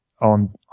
on